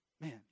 Man